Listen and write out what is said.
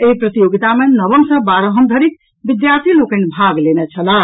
एहि प्रतियोगिता मे नवम सँ बारहम धरिक विद्यार्थी लोकनि भाग लेने छलाह